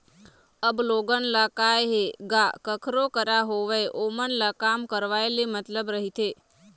अब लोगन ल काय हे गा कखरो करा होवय ओमन ल काम करवाय ले मतलब रहिथे